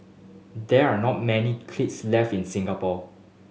there are not many kilns left in Singapore